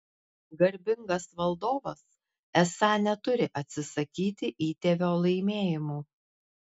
garbingas valdovas esą neturi atsisakyti įtėvio laimėjimų